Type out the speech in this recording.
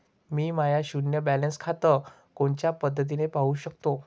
मी my शुन्य balance खातं कोनच्या पद्धतीनं पाहू शकतो?